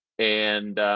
and,